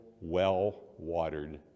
well-watered